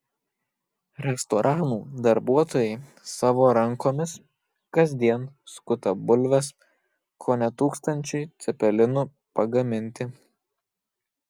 restoranų darbuotojai savo rankomis kasdien skuta bulves kone tūkstančiui cepelinų pagaminti